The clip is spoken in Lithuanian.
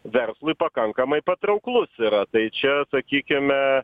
verslui pakankamai patrauklus yra tai čia sakykime